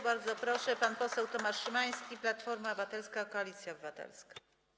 Bardzo proszę, pan poseł Tomasz Szymański, Platforma Obywatelska - Koalicja Obywatelska.